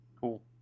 Cool